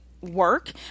work